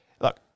look